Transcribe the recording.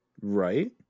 right